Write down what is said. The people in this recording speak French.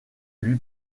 lui